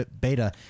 beta